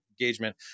engagement